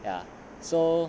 ya so